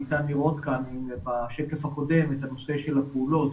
ניתן לראות בשקף הקודם את הנושא של הפעולות